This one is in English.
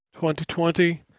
2020